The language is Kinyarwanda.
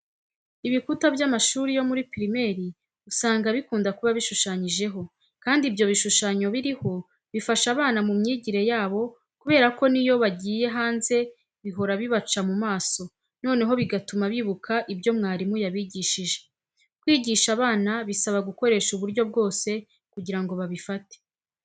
Ibikuta by'amashuri yo muri pirimeri usanga bikunda kuba bishushanyijeho kandi ibyo bishushanyo biriho bifasha abana mu myigire yabo kubera ko n'iyo bagiye hanze bihora bibaca mu maso noneho bigatuma bibuka ibyo mwarimu yabigishije. Kwigisha abana bisaba gukoresha uburyo bwose kugira ngo babifate.